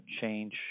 change